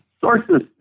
sources